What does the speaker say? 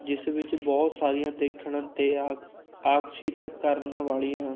ਜਿਸ ਵਿੱਚ ਬਹੁਤ ਸਾਰੀਆਂ ਦੇਖਣ ਅਤੇ ਆਕ ਆਕਰਸ਼ਿਤ ਕਰਨ ਵਾਲੀਆਂ